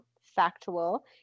factual